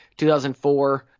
2004